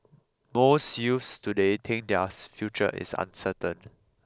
most youths today think theirs future is uncertain